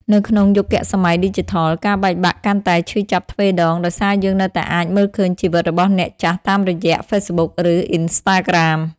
នៅក្នុងយុគសម័យឌីជីថល ការបែកបាក់កាន់តែឈឺចាប់ទ្វេដង ដោយសារយើងនៅតែអាចមើលឃើញជីវិតរបស់អ្នកចាស់តាមរយៈ Facebook ឬ Instagram។